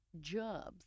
jobs